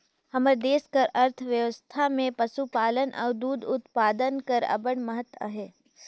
हमर देस कर अर्थबेवस्था में पसुपालन अउ दूद उत्पादन कर अब्बड़ महत अहे